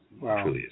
wow